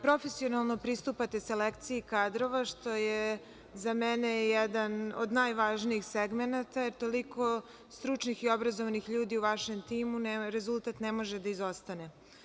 Profesionalno pristupate selekciji kadrova, što je za mene jedan od najvažnijih segmenata, jer toliko stručnih i obrazovanih ljudi je u vašem timu i rezultat ne može da izostane.